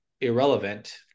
Irrelevant